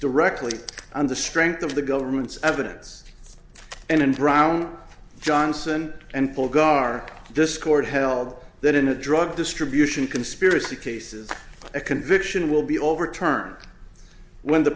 directly on the strength of the government's evidence and around johnson and pull guard this court held that in a drug distribution conspiracy cases a conviction will be overturned when the